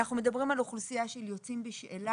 אנחנו מדברים על אוכלוסייה של יוצאים בשאלה,